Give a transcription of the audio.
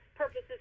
purposes